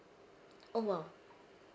oh !wow!